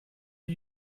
are